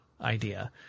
idea